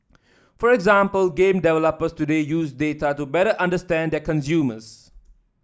for example game developers today use data to better understand their consumers